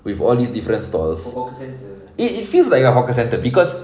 with all these different stalls it it feels like a hawker centre cause